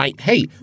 Hey